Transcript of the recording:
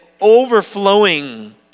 overflowing